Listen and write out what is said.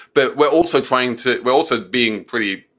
but we're also trying to we're also being pretty,